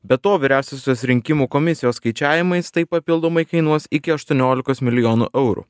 be to vyriausiosios rinkimų komisijos skaičiavimais tai papildomai kainuos iki aštuoniolikos milijonų eurų